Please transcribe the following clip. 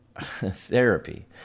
therapy